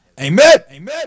Amen